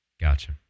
Gotcha